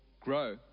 grow